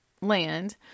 land